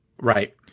Right